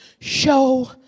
Show